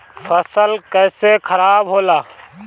फसल कैसे खाराब होला?